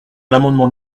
l’amendement